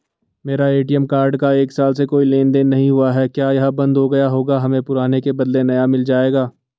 मेरा ATM card का एक साल से कोई लेन देन नहीं हुआ है क्या यह बन्द हो गया होगा हमें पुराने के बदलें नया मिल जाएगा?